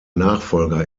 nachfolger